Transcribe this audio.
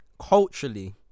Culturally